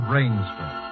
Rainsford